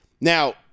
Now